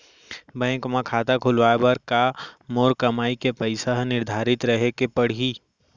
Bank म खाता खुलवाये बर का मोर कमाई के पइसा ह निर्धारित रहे के पड़ही?